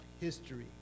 history